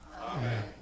Amen